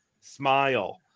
Smile